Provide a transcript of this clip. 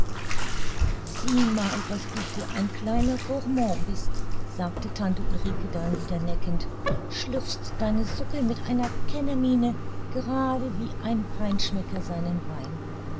sieh mal was du für ein kleiner gourmand bist sagte tante ulrike dann wieder neckend schlürfst deine suppe mit einer kennermiene gerade wie ein feinschmecker seinen wein